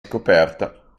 scoperta